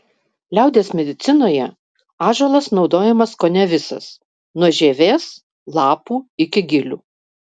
liaudies medicinoje ąžuolas naudojamas kone visas nuo žievės lapų iki gilių